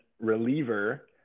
reliever